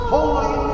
Holy